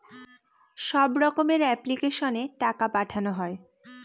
সব রকমের এপ্লিক্যাশনে টাকা পাঠানো হয়